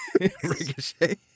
Ricochet